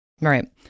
right